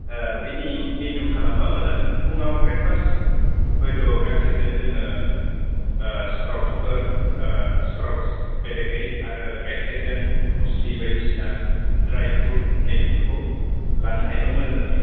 बेनि मेनु खालामोबा मोजां फुङाव ब्रेकफास्ट हयत' गाइखरजों जोङो स्प्राउट्सफोर स्प्राउट बेलेगै आरो गाइखेरजों मुस्लि बायदिसिना ड्राइ फ्रुट बेफोरखौ लानो हायोबा मोजां जायो